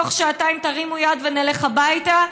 תוך שעתיים תרימו יד ונלך הביתה?